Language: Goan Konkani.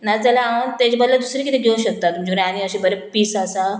नाजाल्यार हांव तेजे बद्दल दुसरी कितें घेवं शकता तुमचे कडेन आनी अशें बरें पीस आसा